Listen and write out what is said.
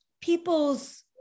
people's